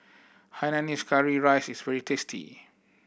hainanese curry rice is very tasty